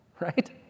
right